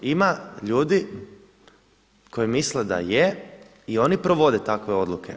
Ima ljudi koji misle da je i oni provode takve odluke.